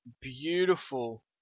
beautiful